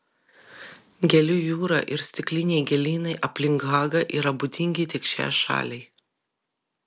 gėlių jūra ir stikliniai gėlynai aplink hagą yra būdingi tik šiai šaliai